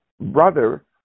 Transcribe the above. brother